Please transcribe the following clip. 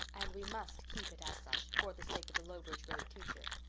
and we must keep it as such, for the sake of the lowbridge road teacher.